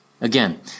Again